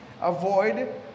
avoid